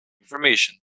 information